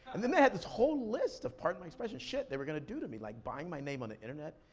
and then they had this whole list of, pardon my expression, shit they were gonna do to me, like buying my name on the internet,